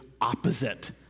opposite